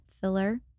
filler